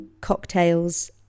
cocktails